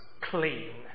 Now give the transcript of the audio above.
clean